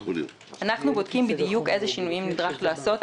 אנחנו בודקים בדיוק אילו שינויים נדרש לעשות.